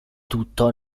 tutto